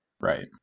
Right